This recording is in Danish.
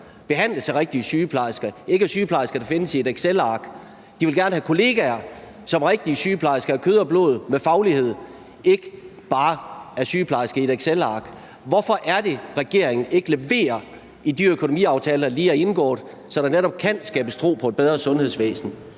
behandles af rigtige sygeplejersker og ikke af sygeplejersker, der findes i et excelark. Og sygeplejerskerne vil gerne have rigtige kollegaer, som er af kød og blod, og som bidrager med deres faglighed, og som ikke bare er sygeplejersker i et excelark. Hvorfor er det, at regeringen ikke leverer i de økonomiaftaler, der lige er indgået, så der netop kan skabes tro på et bedre sundhedsvæsen?